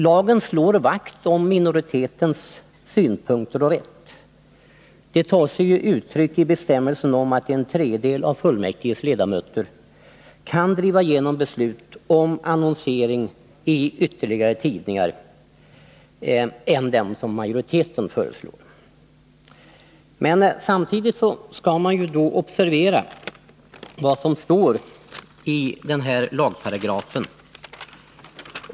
Lagen slår vakt om minoritetens synpunkter och rätt, vilket tar sig uttryck i bestämmelsen om att en tredjedel av fullmäktiges ledamöter kan driva igenom beslut om annonsering även i andra tidningar än den som majoriteten har föreslagit. Samtidigt skall man observera vad som står i lagparagrafen.